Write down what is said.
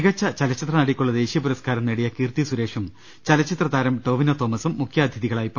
മികച്ച് ചലച്ചിത്ര നടിക്കുള്ള ദേശീയ പുരസ്കാരം നേടിയ കീർത്തി സുർർഷും ചലച്ചിത്രതാരം ടൊവിനോ തോമസും മുഖ്യാതിഥികളായി പങ്കെടുക്കും